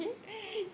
okay